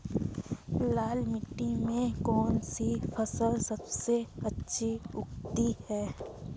लाल मिट्टी में कौन सी फसल सबसे अच्छी उगती है?